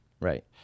Right